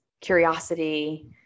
curiosity